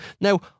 now